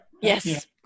Yes